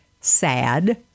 SAD